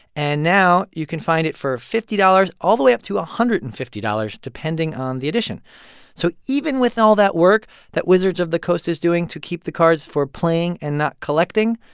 and now you can find it for fifty dollars all the way up to one ah hundred and fifty dollars depending on the edition so even with all that work that wizards of the coast is doing to keep the cards for playing and not collecting,